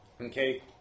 Okay